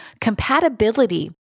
Compatibility